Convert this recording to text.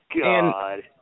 God